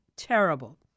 Terrible